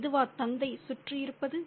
இதுவா தந்தை சுற்றி இருப்பது